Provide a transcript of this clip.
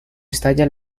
estalla